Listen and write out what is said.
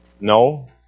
No